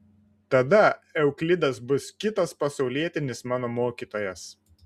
tada euklidas bus kitas pasaulietinis mano mokytojas